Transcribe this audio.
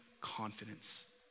confidence